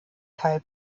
teil